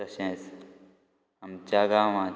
तशेंच आमच्या गांवांत